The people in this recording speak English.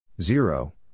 Zero